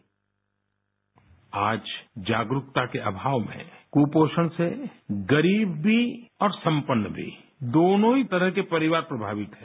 bite आज जागरूकता के अभाव में कुपोषण से गरीब भी और संपन्न भी दोनों ही तरह के परिवार प्रभावित हैं